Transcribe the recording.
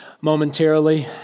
momentarily